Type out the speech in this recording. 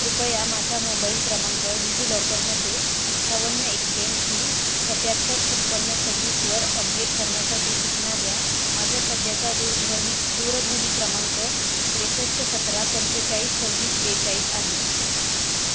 कृपया माझा मोबाईल क्रमांक डिजिलॉकरमध्येे अठ्ठावन्न एक्याऐंशी सत्याहत्तर छप्पन्न सव्वीसवर अपडेट करण्यासाठी सूचना द्या माझा सध्याचा दूरध्वनी दूरध्वनी क्रमांक त्रेसष्ट सतरा पंचेचाळीस सव्वीस बेचाळीस आहे